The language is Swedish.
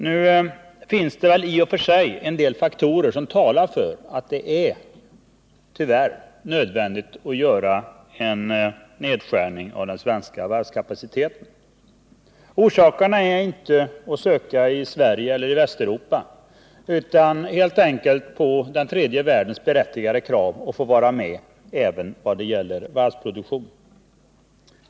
Nu finns det i och för sig en del faktorer som talar för att det, tyvärr, är nödvändigt att göra en nedskärning av den svenska varvskapaciteten. Orsakerna är inte att söka i Sverige eller i Västeuropa utan helt enkelt i den tredje världens berättigade krav att få vara med även när det gäller varvsproduktionen.